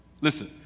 Listen